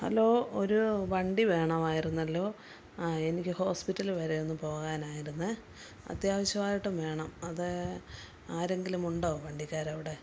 hello ഒരു വണ്ടി വേണമായിരുന്നല്ലോ എനിക്ക് ഹോസ്പിറ്റൽ വരെ ഒന്നു പോകാനായിരുന്നെ അത്യാവശ്യമായിട്ടും വേണം അത് ആരെങ്കിലുമുണ്ടോ വണ്ടിക്കാരവിടെ